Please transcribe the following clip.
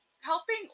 helping